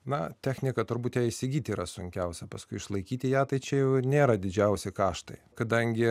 na technika turbūt ją įsigyti yra sunkiausia paskui išlaikyti ją tai čia jau nėra didžiausi kaštai kadangi